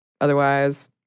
Otherwise